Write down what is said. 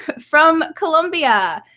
from colombia.